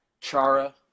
Chara